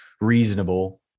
reasonable